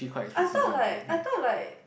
I thought like I thought like